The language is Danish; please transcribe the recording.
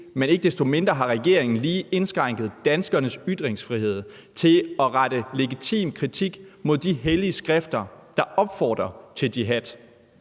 men ikke desto mindre har regeringen lige indskrænket danskernes ytringsfrihed til at rette legitim kritik mod de hellige skrifter, der opfordrer til jihad,